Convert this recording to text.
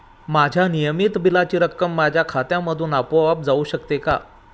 माझ्या नियमित बिलाची रक्कम माझ्या खात्यामधून आपोआप जाऊ शकते का?